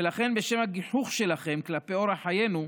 ולכן, בשם הגיחוך שלכם כלפי אורח חיינו,